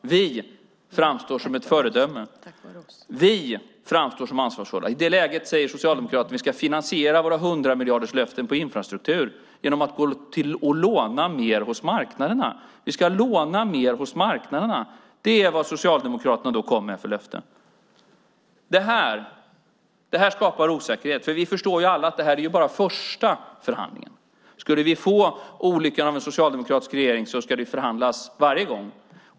Vi framstår som ett föredöme. Vi framstår som ansvarsfulla. I det läget säger Socialdemokraterna: Vi ska finansiera våra hundramiljarderslöften om infrastruktur genom att låna mer hos marknaderna. Vi ska låna mer hos marknaderna. Det är sådana löften Socialdemokraterna då kommer med. Det här skapar osäkerhet, för vi förstår alla att det här bara är första förhandlingen. Skulle vi få olyckan att det blir en socialdemokratisk regering ska det förhandlas varje gång.